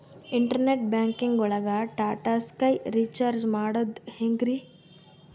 Internet banking ಒಳಗ್ Tata Sky recharge ಮಾಡದ್ ಹೆಂಗ್ರೀ?